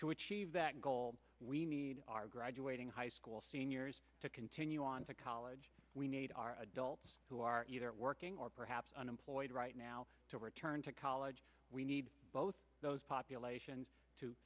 to achieve that goal we need our graduating high school seniors to continue on to college we need our adults who are either working or perhaps unemployed right now to return to college we need both those populations to